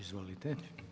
Izvolite.